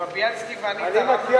מר בילסקי ואני תרמנו